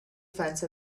fence